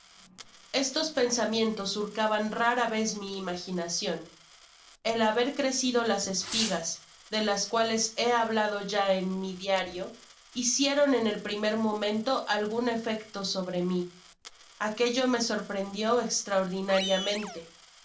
estos pensamientos surcaban rara vez mi imaginacion el haber crecido las espigas de las cuales he hablado ya en mi diario hicieron en el primer momento algun efecto sobre mi aquello me sorprendio estraordmariamente